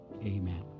Amen